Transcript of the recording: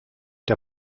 der